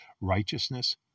Righteousness